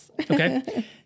Okay